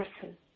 person